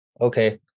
Okay